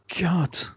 god